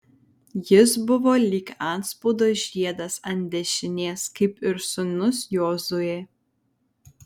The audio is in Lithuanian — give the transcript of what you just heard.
jis buvo lyg antspaudo žiedas ant dešinės kaip ir sūnus jozuė